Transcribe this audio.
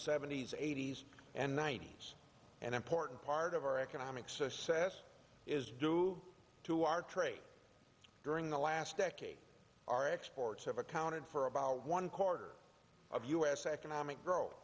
seventy s eighty's and ninety's an important part of our economic success is due to our trade during the last decade our exports have accounted for about one quarter of u s economic growth